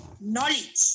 knowledge